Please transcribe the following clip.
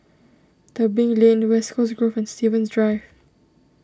Tebing Lane West Coast Grove and Stevens Drive